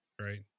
right